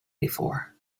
before